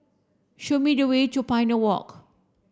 show me the way to Pioneer Walk